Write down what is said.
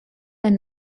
and